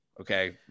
Okay